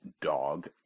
dog